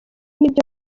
nibyo